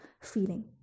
feeling